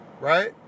right